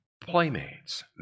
playmates